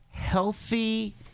healthy